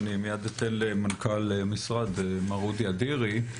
אני מיד אתן למנכ"ל המשרד מר אודי אדירי,